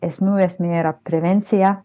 esmių esmė yra prevencija